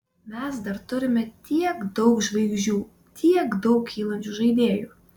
mes dar turime tiek daug žvaigždžių tiek daug kylančių žaidėjų